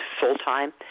full-time